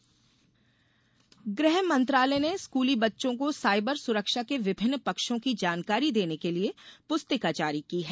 cyber सुरक्षा गृहमंत्रालय ने स्कूली बच्चों को साइबर सुरक्षा के विभिन्न पक्षों की जानकारी देने के लिए पुस्तिका जारी की है